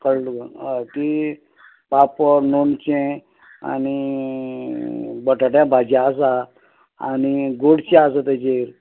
कळ्ळे तुका हय ती पापड लोणचें आनी बटाट्या भाजी आसा आनी गोडशें आसा तेजेर